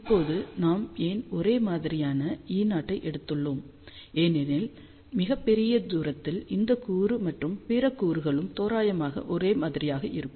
இப்போது நாம் ஏன் ஒரே மாதிரியான E0 ஐ எடுத்துள்ளோம் ஏனெனில் மிகப் பெரிய தூரத்தில் இந்த கூறு மற்றும் பிற கூறுகளும் தோராயமாக ஒரே மாதிரி இருக்கும்